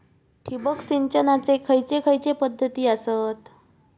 ठिबक सिंचनाचे खैयचे खैयचे पध्दती आसत?